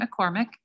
McCormick